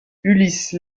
ulysse